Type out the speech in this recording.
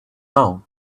now